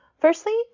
Firstly